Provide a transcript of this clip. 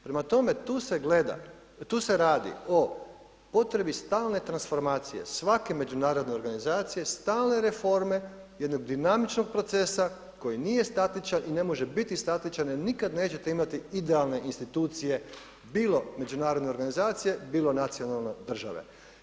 Prema tome tu se gleda, tu se radi o potrebi stalne transformacije svake međunarodne organizacije, stalne reforme, jednog dinamičnog procesa koji nije statičan i ne može biti statičan jer nikad nećete imati idealne institucije bilo međunarodne organizacije, bilo nacionalne države.